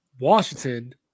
Washington